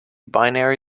binary